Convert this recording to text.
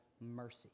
mercy